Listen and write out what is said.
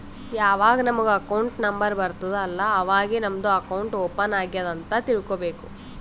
ಯಾವಾಗ್ ನಮುಗ್ account number ಬರ್ತುದ್ ಅಲ್ಲಾ ಅವಾಗೇ ನಮ್ದು ಅಕೌಂಟ್ ಓಪನ್ ಆಗ್ಯಾದ್ ಅಂತ್ ತಿಳ್ಕೋಬೇಕು